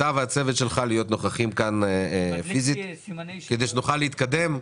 שאתה בועז והצוות שלך שיהיו נוכחים כאן פיזית כדי שנוכל להתקדם.